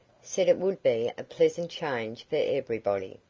said it would be a pleasant change for everybody.